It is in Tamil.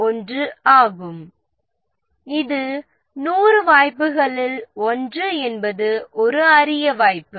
01 ஆகும் இந்த 100 வாய்ப்புகளில் ஒன்று என்பது ஒரு அரிய வாய்ப்பு